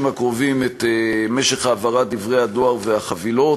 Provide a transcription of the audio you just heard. הקרובים את משך העברת דברי הדואר והחבילות.